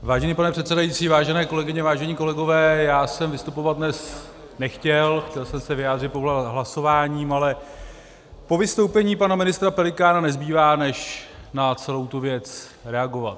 Vážený pane předsedající, vážené kolegyně, vážení kolegové, já jsem vystupovat dnes nechtěl, chtěl jsem se vyjádřit pouze hlasováním, ale po vystoupení pana ministra Pelikána nezbývá než na celou tu věc reagovat.